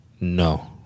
No